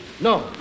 No